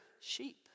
sheep